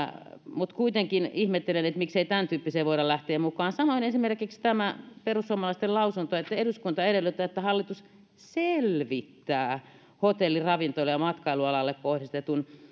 mutta kuitenkin ihmettelen miksei tämäntyyppiseen voida lähteä mukaan samoin esimerkiksi tämä perussuomalaisten lausunto että eduskunta edellyttää että hallitus selvittää hotelli ravintola ja matkailualalle kohdistetun